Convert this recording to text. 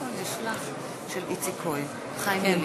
על השקט.